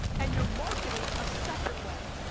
and you're marketing a separate way,